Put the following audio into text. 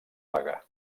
vaga